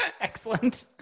Excellent